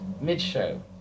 mid-show